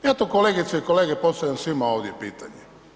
Ja to kolegice i kolege postavljam svima ovdje pitanje.